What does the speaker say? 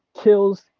kills